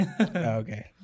Okay